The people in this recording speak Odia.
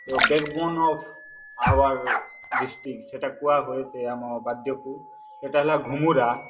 bag von of our district ସେଇଟା କୁହାହୁଏ ସେ ଆମ ବାଦ୍ୟକୁ ସେଇଟା ହେଲା ଘୁମୁରା